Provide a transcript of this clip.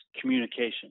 communication